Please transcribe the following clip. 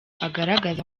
agaragaza